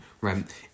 right